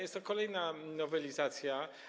Jest to kolejna nowelizacja.